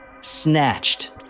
snatched